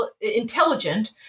intelligent